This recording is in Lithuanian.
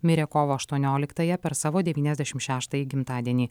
mirė kovo aštuonioliktąją per savo devyniasdešim šeštąjį gimtadienį